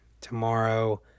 tomorrow